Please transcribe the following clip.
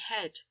head